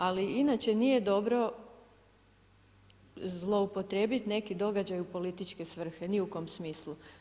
Ali inače nije dobro zloupotrijebiti neki događaj u političke svrhe ni u kom smislu.